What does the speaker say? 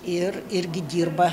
ir irgi dirba